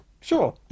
sure